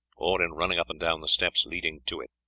or in running up and down the steps leading to it.